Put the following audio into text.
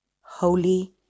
Holy